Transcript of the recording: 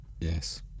yes